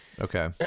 Okay